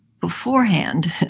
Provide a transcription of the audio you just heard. beforehand